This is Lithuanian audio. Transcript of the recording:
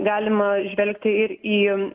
galima žvelgti ir į